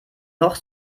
noch